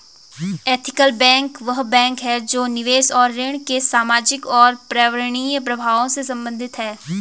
ethical bank वह bank है जो निवेश और ऋण के सामाजिक और पर्यावरणीय प्रभावों से संबंधित है